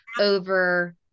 over